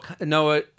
Noah